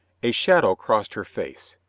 a shadow crossed her face.